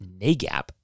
NAGAP